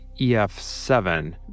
EF7